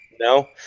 No